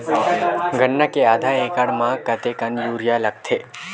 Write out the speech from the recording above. गन्ना के आधा एकड़ म कतेकन यूरिया लगथे?